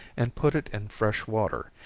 and put it in fresh water,